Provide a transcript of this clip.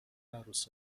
عروس